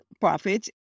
profits